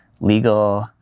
legal